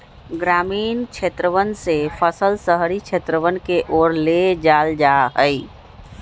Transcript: ग्रामीण क्षेत्रवन से फसल शहरी क्षेत्रवन के ओर ले जाल जाहई